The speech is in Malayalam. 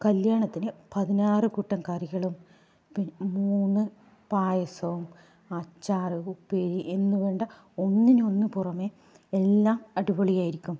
കല്യാണത്തിന് പതിനാറ് കൂട്ടം കറികളും പിന്നെ മൂന്ന് പായസവും അച്ചാർ ഉപ്പേരി എന്നുവേണ്ട ഒന്നിനൊന്നു പുറമേ എല്ലാം അടിപൊളിയായിരിക്കും